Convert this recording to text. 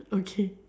okay